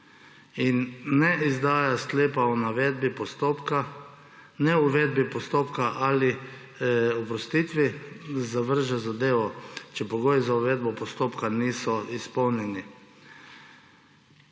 Neizdaja sklepa o navedbi postopka, neuvedbi postopka ali oprostitvi zavrže zadevo, če pogoji za uvedbo postopka niso izpolnjeni.